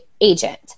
agent